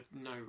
no